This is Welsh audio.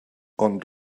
ond